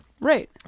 Right